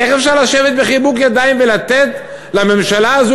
איך אפשר לשבת בחיבוק ידיים ולתת לממשלה הזאת